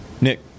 Nick